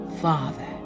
father